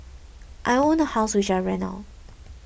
I own a house which I rent out